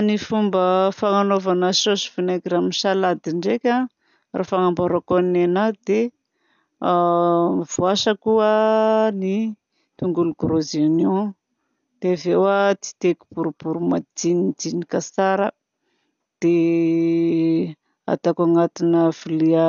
Ny fomba fanaovana sauce vinaigre amin'ny salady ndraika raha ny fanamboarako nenahy dia voasako ny tongolo gros oignon dia avy eo tetehako boribory majinijinika tsara. Dia ataoko anatina vilia